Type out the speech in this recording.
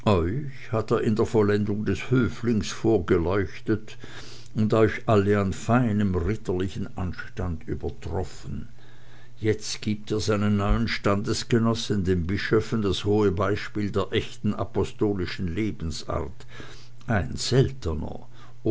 hat er in der vollendung des höflings vorgeleuchtet und euch alle an feinem ritterlichen anstand übertroffen jetzt gibt er seinen neuen standesgenossen den bischöfen das hohe beispiel der echten apostolischen lebensart ein seltener